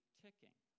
ticking